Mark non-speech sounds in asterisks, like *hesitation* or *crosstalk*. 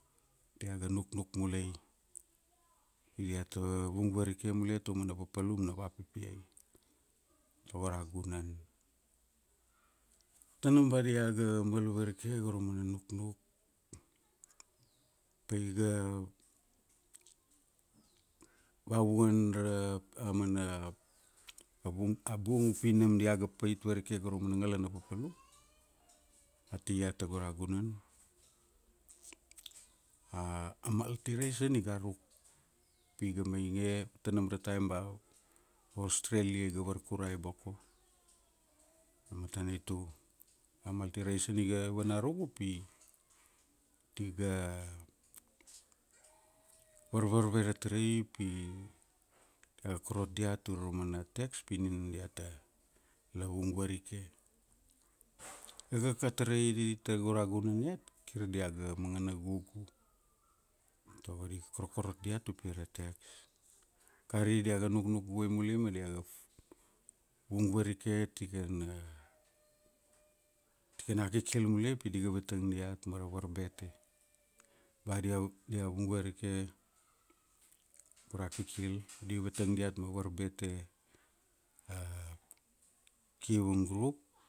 Tikana nuknuk muali, pi diata vung varike mule taumana papalum na vapipia, tago ra gunan. Tanam ba diaga mal varike go ra mana nuknuk, paiga, ba vuana, a, mana bung pi nam diaga pait varike go ra mana ngalana papalum, ati iat tago ra gunan. *hesitation* A Maltiration iga ruk. Piga mainge tanam ra taim ba, Australia iga varkurai boko. A matanitu. A Maltiration iga vana ruk upi, pi ga, varvarve ra tarai pi, da korot diat ura ra mana tax pi nina diatala vung varike. Iakaka tarai di, tago ra gunan iat kir diaga mangana gugu. Tago di kokorot diat upi ra tax. Kari diaga nuknuk guvai mule ma diaga, vung varike tikana, tikana kikil mulai pi di ga vatang diat ma ra Varbete. Ba dia, dia vung varike, go ra kikil, di vatang diat ma varbete, kivung group